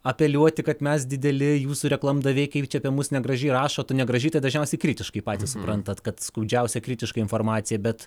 apeliuoti kad mes dideli jūsų reklamdaviai kaip čia apie mus negražiai rašot o negražiai dažniausiai kritiškai patys suprantat kad skaudžiausia kritiška informacija bet